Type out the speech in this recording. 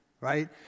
right